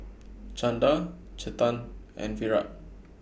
Chanda Chetan and Virat